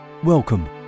Welcome